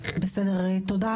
תודה.